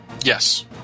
Yes